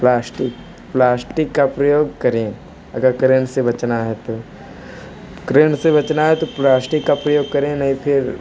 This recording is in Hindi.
प्लास्टिक प्लास्टिक का प्रयोग करें अगर करेन से बचना है तो करेन से बचाना है तो प्लास्टिक का प्रयोग करें नहीं फिर